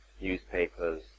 newspapers